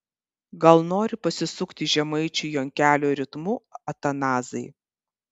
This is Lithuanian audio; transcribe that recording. gal nori pasisukti žemaičių jonkelio ritmu atanazai